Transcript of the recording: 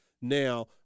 Now